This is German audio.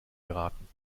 geraten